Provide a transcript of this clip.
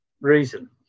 reason